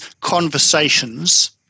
conversations